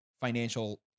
financial